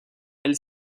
elle